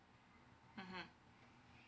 mmhmm